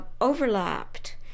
overlapped